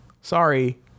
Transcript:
sorry